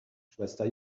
schwester